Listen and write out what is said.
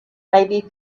maybe